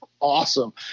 awesome